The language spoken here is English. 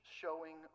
showing